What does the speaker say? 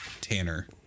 Tanner